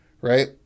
Right